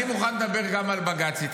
אני מוכן לדבר איתך גם על בג"ץ,